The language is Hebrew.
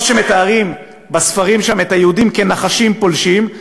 או שמתארים בספרים שם את היהודים כנחשים פולשים,